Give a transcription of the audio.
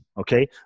okay